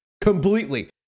completely